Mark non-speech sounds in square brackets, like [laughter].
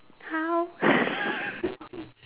how [laughs]